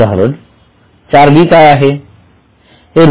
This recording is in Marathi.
उदाहरण 4 b काय आहे